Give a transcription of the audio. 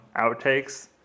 outtakes